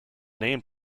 name